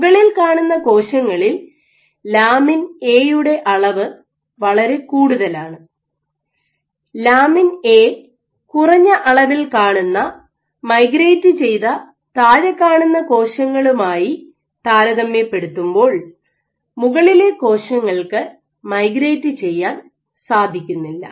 മുകളിൽ കാണുന്ന കോശങ്ങളിൽ ലാമിൻ എയുടെ അളവ് വളരെ കൂടുതലാണ് ലാമിൻ എ കുറഞ്ഞ അളവിൽ കാണുന്ന മൈഗ്രേറ്റ് ചെയ്ത താഴെക്കാണുന്ന കോശങ്ങളുമായി താരതമ്യപ്പെടുത്തുമ്പോൾ മുകളിലെ കോശങ്ങൾക്ക് മൈഗ്രേറ്റ് ചെയ്യാൻ സാധിക്കുന്നില്ല